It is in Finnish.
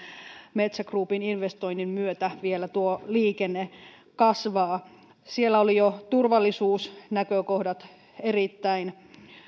metsä groupin investoinnin myötä tuo liikenne vielä kasvaa siellä olivat turvallisuusnäkökohdat jo erittäin